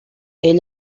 ell